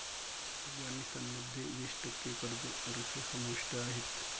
अफगाणिस्तान मध्ये वीस टक्के कर्ज रोखे समाविष्ट आहेत